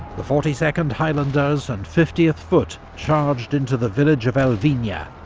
the forty second highlanders and fiftieth foot charged into the village of elvina,